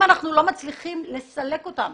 אם אנחנו לא מצליחים לסלק אותם